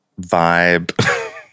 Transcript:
vibe